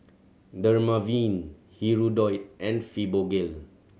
Dermaveen Hirudoid and Fibogel